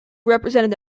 represented